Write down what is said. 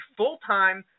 full-time